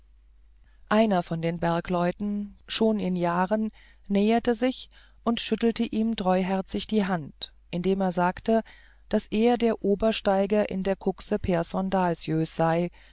einer von den bergleuten schon hoch in jahren näherte sich und schüttelte ihm treuherzig die hand indem er sagte daß er der obersteiger in der kuxe pehrson dahlsjös sei